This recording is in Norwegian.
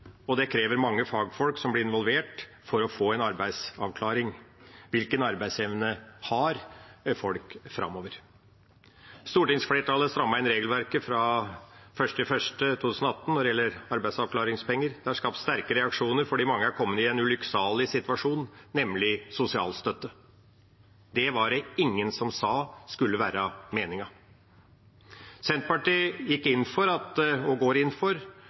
og krever at mange fagfolk er involvert for å få avklart hvilken arbeidsevne folk har framover. Stortingsflertallet strammet inn regelverket for arbeidsavklaringspenger fra 1. januar 2018. Det har skapt sterke reaksjoner fordi mange har kommet i en ulykksalig situasjon, nemlig blitt mottaker av sosialstøtte. Det var ingen som sa at det skulle være meningen. Senterpartiet gikk inn for – og går inn for – at det skal være tre år istedenfor fire år, for